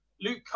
Luke